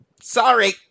Sorry